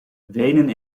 wenen